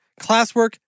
classwork